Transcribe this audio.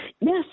Yes